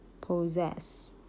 possess